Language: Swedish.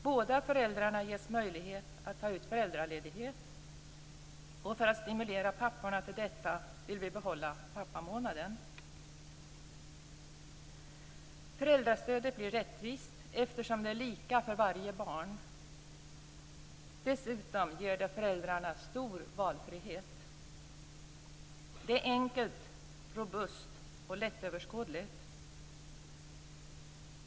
Båda föräldrarna ges möjlighet att ta ut föräldraledighet, och för att stimulera papporna till detta vill vi behålla pappamånaden. Föräldrastödet blir rättvist, eftersom det är lika för varje barn. Dessutom ger det föräldrarna stor valfrihet. Det är enkelt, robust och lättöverskådligt.